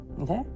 okay